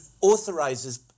authorizes